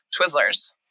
twizzlers